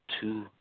two